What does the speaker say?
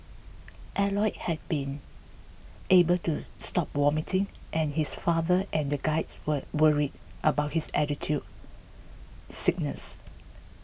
Elliot had not been able to stop vomiting and his father and the guides were worried about his altitude sickness